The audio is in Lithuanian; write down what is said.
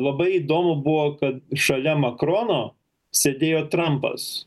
labai įdomu buvo kad šalia makrono sėdėjo trampas